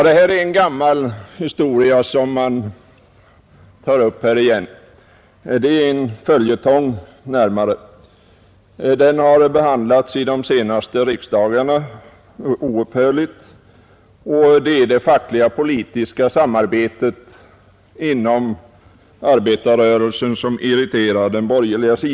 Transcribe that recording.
Den frågan som vi här diskuterar är en gammal bekant, nästan en följetong. Den har behandlats om och om igen under de senaste riksdagarna. Det fackliga-politiska samarbetet inom arbetarrörelsen irriterar de borgerliga.